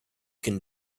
can